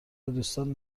دوستان